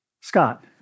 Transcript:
Scott